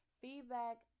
Feedback